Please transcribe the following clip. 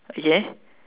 ya